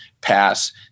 pass